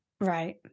Right